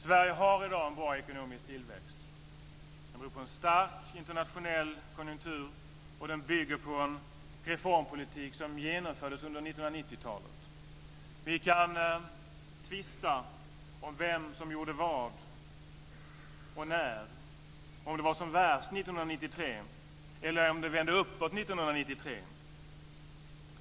Sverige har i dag en bra ekonomisk tillväxt. Den beror på en stark internationell konjunktur, och den bygger på en reformpolitik som genomfördes under 1990-talet. Vi kan tvista om vem som gjorde vad och när det gjordes, om det var som värst 1993 eller om det vände uppåt 1993.